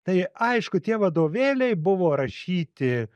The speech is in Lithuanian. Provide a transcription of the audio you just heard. tai aišku tie vadovėliai buvo rašyti